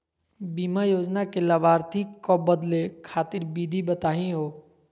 बीमा योजना के लाभार्थी क बदले खातिर विधि बताही हो?